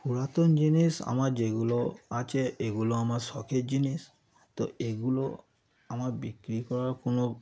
পুরাতন জিনিস আমার যেগুলো আছে এগুলো আমার শখের জিনিস তো এগুলো আমার বিক্রি করার কোনো